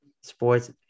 sports